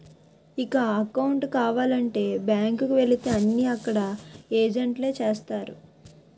ఇక అకౌంటు కావాలంటే బ్యాంకు కు వెళితే అన్నీ అక్కడ ఏజెంట్లే చేస్తారు